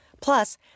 Plus